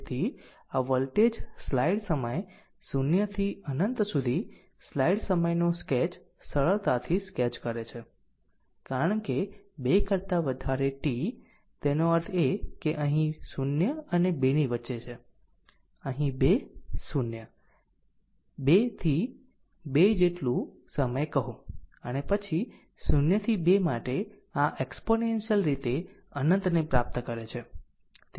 તેથી આ voltage slide સમય 0 થી અનંત સુધી સ્લાઈડ સમયનો સ્કેચ સરળતાથી સ્કેચ કરે છે કારણ કે 2 કરતા વધારે t તેનો અર્થ એ કે અહીં 0 અને 2 ની વચ્ચે અહીં 2 0 2 થી 2 જેટલું સમય કહો અને પછી 0 થી 2 માટે આ એક્ષ્પોનેન્શીયલ રીતે અનંત ને પ્રાપ્ત કરે છે